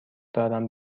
دارم